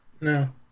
No